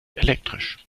elektrisch